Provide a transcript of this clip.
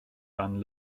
dan